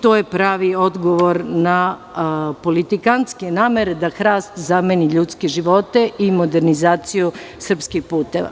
To je pravi odgovor na politikantske namere da hrast zameni ljudske živote i modernizaciju srpskih puteva.